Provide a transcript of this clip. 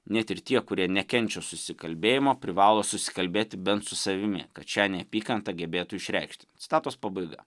net ir tie kurie nekenčia susikalbėjimo privalo susikalbėti bent su savimi kad šią neapykantą gebėtų išreikšti citatos pabaiga